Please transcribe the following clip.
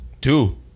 Two